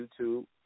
YouTube